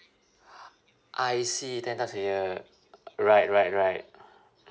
I see ten times a year right right right